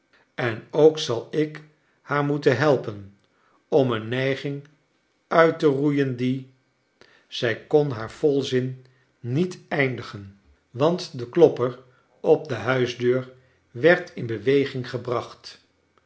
en ook zal ik haar moeten helpen om een neiging uit te roeien die zij kon haar volzin niet eindigen want de klopper op de huisdeur werd in beweging gebracht